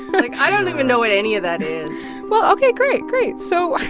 like i don't even know what any of that is well, ok, great. great. so.